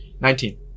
Nineteen